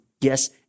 Yes